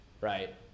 right